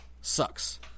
sucks